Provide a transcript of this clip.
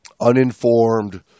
uninformed